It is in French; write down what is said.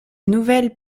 nouvelles